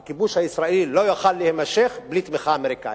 הכיבוש הישראלי לא יוכל להימשך בלי תמיכה אמריקנית,